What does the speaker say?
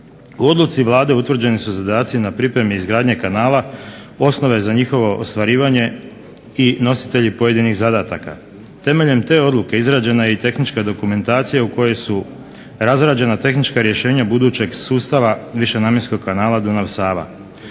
U odluci Vlade utvrđeni su zadaci na pripremi izgradnje kanala, osnove za njihovo ostvarivanje i nositelji pojedinih zadataka. Temeljem te odluke izrađena je i tehnička dokumentacija u kojoj su razrađena tehnička rješenja budućeg sustava višenamjenskog kanala Dunav-Sava.